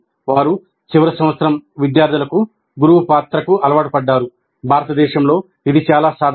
వారు చివరి సంవత్సరం విద్యార్థులకు గురువు పాత్రకు అలవాటు పడ్డారు భారతదేశంలో ఇది చాలా సాధారణం